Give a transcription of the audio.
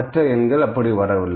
மற்ற எண்கள் அப்படி வரவில்லை